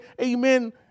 amen